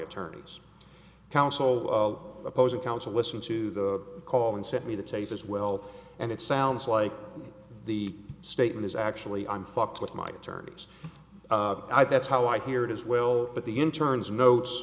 attorneys counsel of opposing counsel listen to the call and sent me the tape as well and it sounds like the statement is actually i'm fucked with my attorneys i think it's how i hear it as well but the internes notes